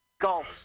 Golf